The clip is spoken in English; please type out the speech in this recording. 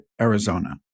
Arizona